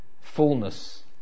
fullness